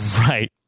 Right